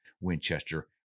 Winchester